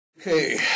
Okay